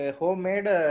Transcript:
homemade